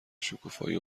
شکوفایی